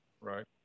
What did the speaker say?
Right